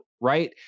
right